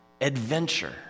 adventure